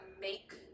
make